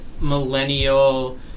millennial